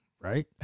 right